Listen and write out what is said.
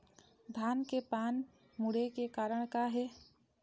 धान के पान मुड़े के कारण का हे?